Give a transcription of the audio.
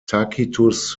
tacitus